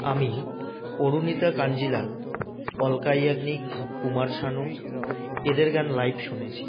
আমি অরুণিতা কাঞ্জিলাল অলকা ইয়াগনিক কুমার সানু এদের গান লাইভ শুনেছি